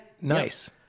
Nice